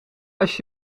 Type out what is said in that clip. als